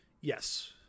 Yes